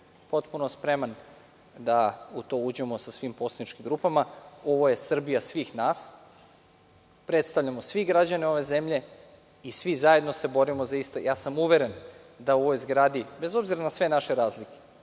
Potpuno spreman da u to uđemo sa svim poslaničkim grupama. Ovo je Srbija svih nas. Svi predstavljamo građane ove zemlje i svi se zajedno borimo. Uveren sam da u ovoj zgradi, bez obzira na sve naše razlike,